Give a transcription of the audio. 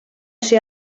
ser